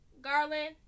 Garland